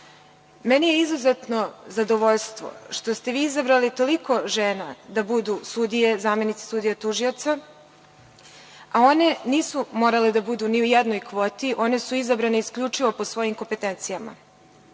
Meni je izuzetno zadovoljstvo što ste vi izabrali toliko žena da budu sudije, zamenici sudija, tužioca, a one nisu morale da budu ni u jednoj kvoti, već su izabrane isključivo po svojim kompetencijama. Svi